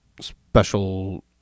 special